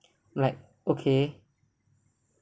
I'm like okay